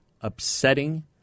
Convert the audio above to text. upsetting